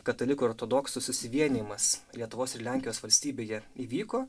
katalikų ortodoksų susivienijimas lietuvos ir lenkijos valstybėje įvyko